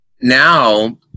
now